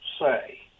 say